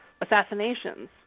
assassinations